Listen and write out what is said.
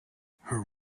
her